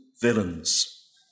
villains